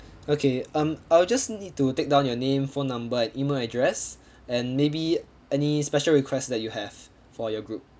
okay um I'll just need to take down your name phone number and E-mail address and maybe any special request that you have for your group